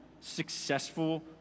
successful